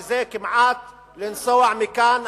וזה כמעט כמו לנסוע מכאן,